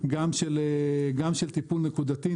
גם של טיפול נקודתי.